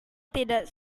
tidak